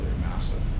massive